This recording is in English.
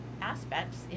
aspects